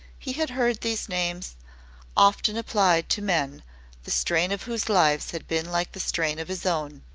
he had heard these names often applied to men the strain of whose lives had been like the strain of his own,